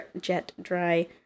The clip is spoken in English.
Jet-dry